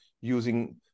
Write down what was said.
using